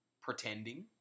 pretending